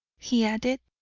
he added,